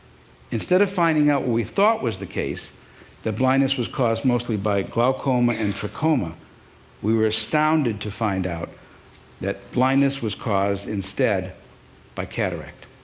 instead of finding out what we thought was the case that blindness was caused mostly by glaucoma and trachoma we were astounded to find out that blindness was caused instead by cataract.